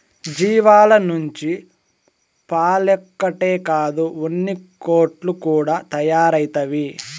జీవాల నుంచి పాలొక్కటే కాదు ఉన్నికోట్లు కూడా తయారైతవి